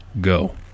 go